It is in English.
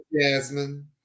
Jasmine